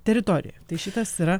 teritorijoj tai šitas yra